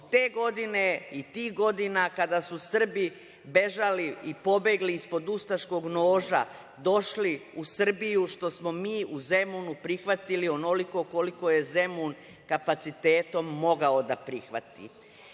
te godine i tih godina kada su Srbi bežali i pobegli ispod ustaškog noža došli u Srbiju, što smo mi u Zemunu prihvatili onoliko koliko je Zemun kapacitetom mogao da prihvati.